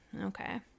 okay